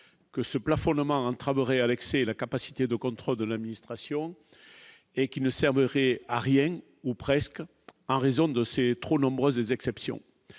que ce plafonnement entraverait et la capacité de contrôle de l'administration et qui ne sert à rien, ou presque, en raison de ses trop nombreuses exceptions,